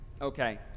Okay